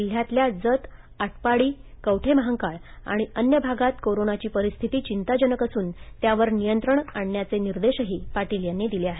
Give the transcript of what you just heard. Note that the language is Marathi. जिल्ह्यातल्या जत आटपाडी कवठेमहांकाळ आणि अन्य भागात कोरोनाची परिस्थिती चिंताजनक असून त्यावर नियंत्रण आणण्याचे निर्देशही पाटील यांनी दिले आहेत